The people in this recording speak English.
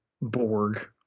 Borg